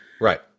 Right